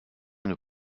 une